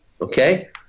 okay